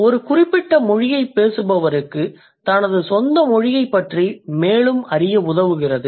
ஒரு குறிப்பிட்ட மொழியைப் பேசுபவருக்கு தனது சொந்த மொழியைப் பற்றி மேலும் அறிய உதவுகிறது